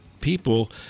people